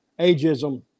Ageism